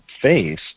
face